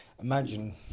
Imagine